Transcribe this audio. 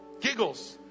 giggles